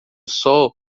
sol